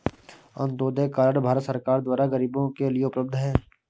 Antyodaya card Bharat सरकार द्वारा गरीबो के लिए उपलब्ध है